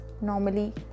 normally